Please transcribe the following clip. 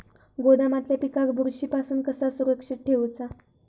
गोदामातल्या पिकाक बुरशी पासून कसा सुरक्षित ठेऊचा?